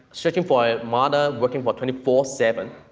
searching for a mother working for twenty four seven,